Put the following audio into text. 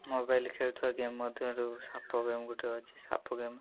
mobile ଖେଳୁଥିବା game ମଧ୍ୟରୁ ସାପ ଗେମ୍ ଗୋଟେ ଅଛି ସାପ ଗେମ୍